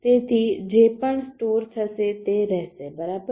તેથી જે પણ સ્ટોર થશે તે રહેશે બરાબર